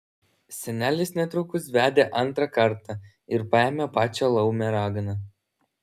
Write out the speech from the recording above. senelis netrukus vedė antrą kartą ir paėmė pačią laumę raganą